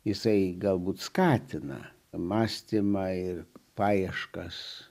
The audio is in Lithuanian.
jisai galbūt skatina mąstymą ir paieškas